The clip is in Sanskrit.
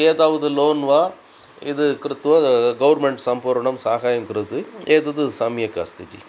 एतावद् लोन् वा इद् कृत्वा गौर्मेण्ट् सम्पूर्णं साहाय्यं करोति एतद् सम्यक् अस्ति जि